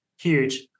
huge